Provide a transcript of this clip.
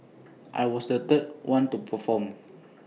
I was the third one to perform